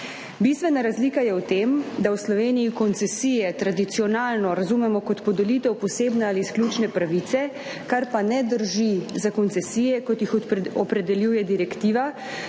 Bistvena razlika je v tem, da v Sloveniji koncesije tradicionalno razumemo kot podelitev posebne ali izključne pravice, kar pa ne drži za koncesije, kot jih opredeljuje direktiva,